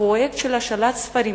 הפרויקט של השאלת ספרים,